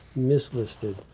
mislisted